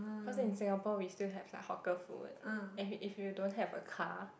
cause in Singapore we still have like hawker food and if you don't have a car